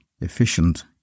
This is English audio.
efficient